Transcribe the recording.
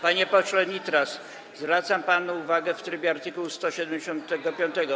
Panie pośle Nitras, zwracam panu uwagę w trybie art. 175.